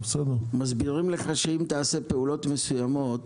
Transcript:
מסבירים לך שאם תעשה פעולות מסוימות